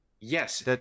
Yes